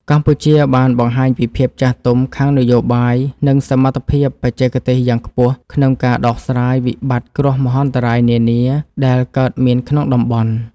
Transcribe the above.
កម្ពុជាបានបង្ហាញពីភាពចាស់ទុំខាងនយោបាយ និងសមត្ថភាពបច្ចេកទេសយ៉ាងខ្ពស់ ក្នុងការដោះស្រាយវិបត្តិគ្រោះមហន្តរាយនានាដែលកើតមានក្នុងតំបន់។